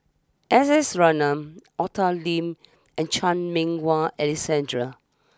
S S Ratnam Arthur Lim and Chan Meng Wah Alexander